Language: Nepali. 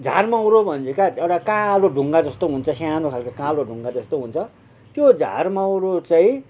झारमौरो भन्छ क्या एउटा कालो ढुङ्गा जस्तो हुन्छ सानो खालको कालो ढुङ्गा जस्तो हुन्छ त्यो झारमौरो चाहिँ